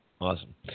Awesome